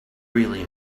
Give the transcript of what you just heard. really